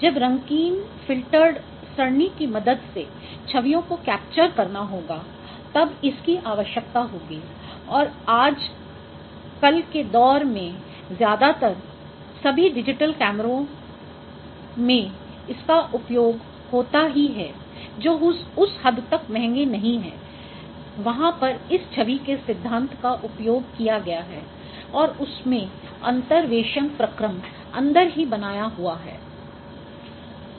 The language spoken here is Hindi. जब रंगीन फिल्टर्ड सरणी की मदद से छवियों को कैप्चर करना होगा तब इसकी आवश्यकता होगी और आज कल के दौर में ज्यादातर सभी डिजिटल कैमरों में इसका उपयोग होता ही है जो उस हद तक महंगे नहीं हैं वहाँ पर इस छवि के सिद्धांत का उपयोग किया गया है और उसमें अंतरवेशन प्रक्रम अंदर ही बनाया हुआ है